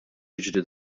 jiġri